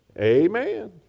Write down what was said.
Amen